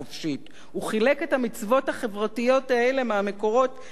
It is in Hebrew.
הוא חילק את המצוות החברתיות האלה מהמקורות ל"שבת",